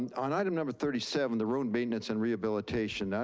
on item number thirty seven, the road maintenance and rehabilitation,